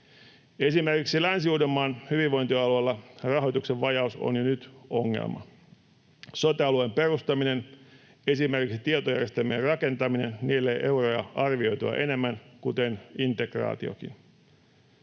Esimerkiksi Länsi-Uudenmaan hyvinvointialueella rahoituksen vajaus on jo nyt ongelma. Sote-alueen perustaminen, esimerkiksi tietojärjestelmien rakentaminen, nielee euroja arvioitua enemmän kuten integraatiokin.